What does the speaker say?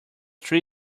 three